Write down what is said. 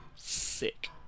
sick